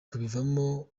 kubivamo